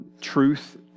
truth